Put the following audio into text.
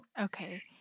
Okay